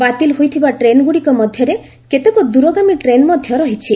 ବାତିଲ୍ ହୋଇଥିବା ଟ୍ରେନ୍ଗୁଡ଼ିକ ମଧ୍ୟରେ କେତେକ ଦୂରଗାମୀ ଟ୍ରେନ୍ ମଧ୍ୟ ରହିଛି